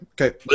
Okay